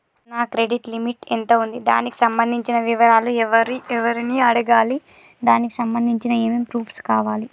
నా credit limit ఎంత ఉంది? దానికి సంబంధించిన వివరాలు ఎవరిని అడగాలి? దానికి సంబంధించిన ఏమేం ప్రూఫ్స్ కావాలి?